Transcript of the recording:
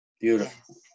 Beautiful